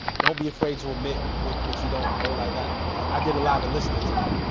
don't be afraid to admit what what you don't know. like i i did a lot of listening today.